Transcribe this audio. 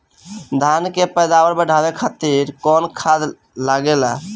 धान के पैदावार बढ़ावे खातिर कौन खाद लागेला?